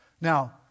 Now